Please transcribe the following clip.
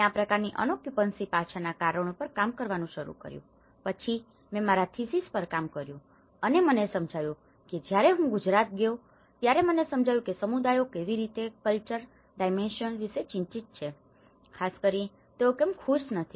મેં આ પ્રકારની અનોક્યુપંસી પાછળના કારણો પર કામ કરવાનું શરૂ કર્યું પછી મેં મારા થીસીસ પર કામ કર્યું અને પછી મને સમજાયું કે જ્યારે હું ગુજરાતમાં ગયો ત્યારે મને સમજાયું કે સમુદાયો કેવી રીતે કલ્ચરલcultural સંસ્કૃતિક ડાઈમેન્શનdimentionપરિમાણો વિશે ચિંતિત છે ખાસ કરીને તેઓ કેમ ખુશ નથી